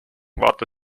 vaata